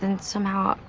and somehow,